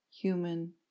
human